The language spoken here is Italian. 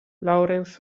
laurens